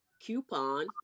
coupon